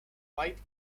white